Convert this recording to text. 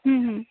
हाँ हाँ